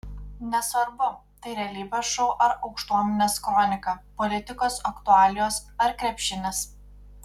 nesvarbu tai realybės šou ar aukštuomenės kronika politikos aktualijos ar krepšinis